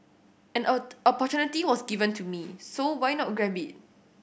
an a opportunity was given to me so why not grab it